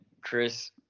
Chris